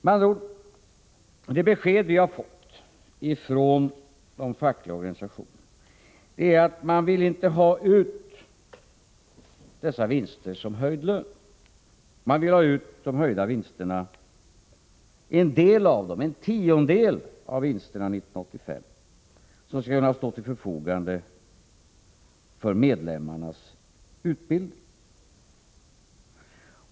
Med andra ord: Det besked som vi har fått från de fackliga organisationerna är att man inte vill ha ut dessa vinster som höjd lön, utan man vill att en tiondel av vinsterna 1985 skall stå till förfogande för medlemmarnas utbildning.